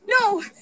No